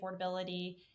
affordability